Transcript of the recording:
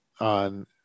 on